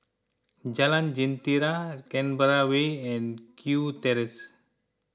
Jalan Jentera Canberra Way and Kew Terrace